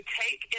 take